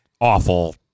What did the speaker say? Awful